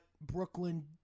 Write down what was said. Brooklyn